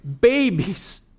babies